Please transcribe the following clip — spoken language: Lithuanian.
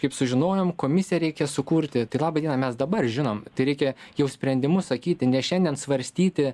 kaip sužinojom komisiją reikia sukurti tai laba diena mes dabar žinom tai reikia jau sprendimus sakyti ne šiandien svarstyti